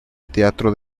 teatro